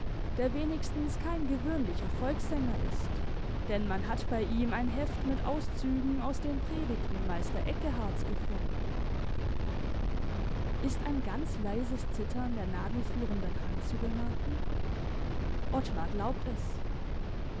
der wenigstens kein gewöhnlicher volkssänger ist denn man hat bei ihm ein heft mit auszügen aus den predigten meister eckeharts gefunden ist ein ganz leises zittern der nadelführenden hand zu bemerken ottmar glaubt es